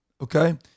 Okay